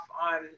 on